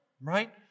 right